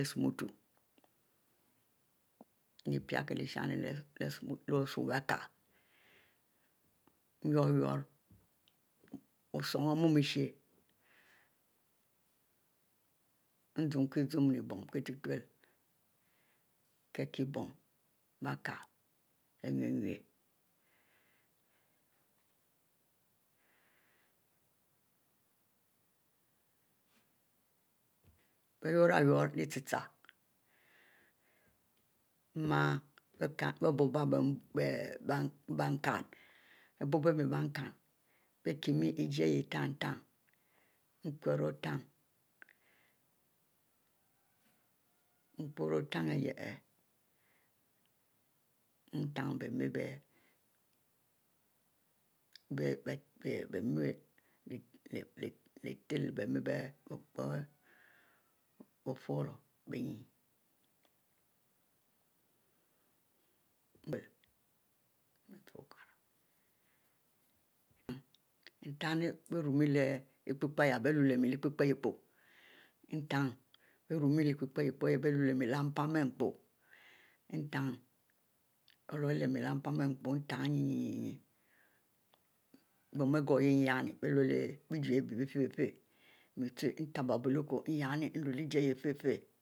Isumutu, ari pieh ishien leh osuieh bie kile myurro sum muiesh, nzumkie zumne bon kitutule, nkie kieh bon biekile, bienwne nwne, bie wuri wuri leh ite-tchie, mie biebubieh bie nkine, bie bub mie bie nkine bie kie mieh ijie yahieh utne bie me leh tiehieh leh bie mieh bie furro-bie binne ntien lep ekpe-kpe lyiepo nien bie lu el leh leh-mpi aripo entne bon